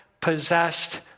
possessed